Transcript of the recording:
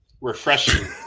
Refreshing